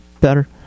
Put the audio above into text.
better